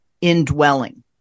indwelling